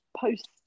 post